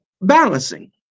balancing